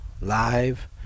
live